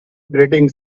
grating